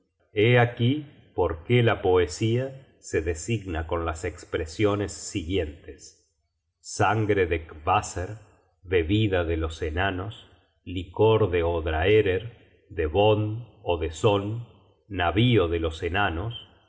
aquí por qué la poesía se designa con las espresiones siguientes sangre de qvaser bebida de los enanos licor de odraerer de bodn ó de son navío de los enanos